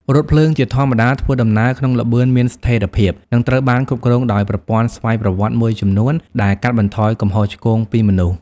រថភ្លើងជាធម្មតាធ្វើដំណើរក្នុងល្បឿនមានស្ថិរភាព និងត្រូវបានគ្រប់គ្រងដោយប្រព័ន្ធស្វ័យប្រវត្តិមួយចំនួន ដែលកាត់បន្ថយកំហុសឆ្គងពីមនុស្ស។